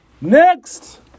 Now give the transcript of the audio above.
Next